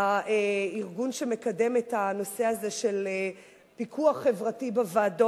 הארגון שמקדם את הנושא של פיקוח חברתי בוועדות,